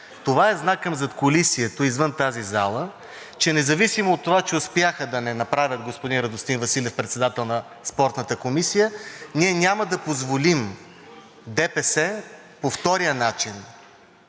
Това е знак към задкулисието извън тази зала, че независимо от това че успяха да не направят господин Радостин Василев председател на Спортната комисия, ние няма да позволим ДПС по втория начин